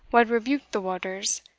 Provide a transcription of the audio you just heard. wha rebuked the waters,